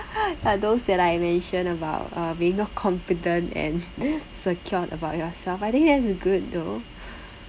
but those that I mentioned about uh being confident and secured about yourself I think that is good though